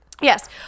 yes